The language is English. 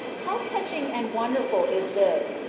how touching and wonderful is this,